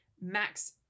Max